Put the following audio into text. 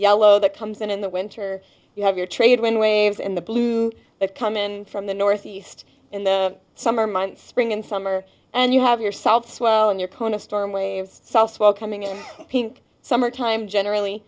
yellow that comes in in the winter you have your trade when waves in the blue that come in from the north east in the summer months spring and summer and you have your south swell and your kona storm waves swell coming in pink summertime generally